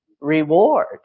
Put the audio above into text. reward